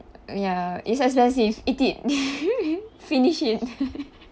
ya it's expensive eat it finish it